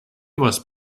was